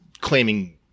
claiming